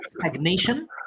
stagnation